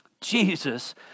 Jesus